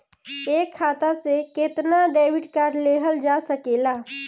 एक खाता से केतना डेबिट कार्ड लेहल जा सकेला?